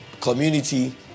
community